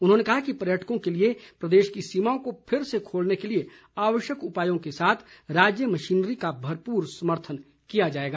उन्होंने कहा कि पर्यटकों के लिए प्रदेश की सीमाओं को फिर से खोलने के लिए आवश्यक उपायों के साथ राज्य मशीनरी का भरपूर समर्थन किया जाएगा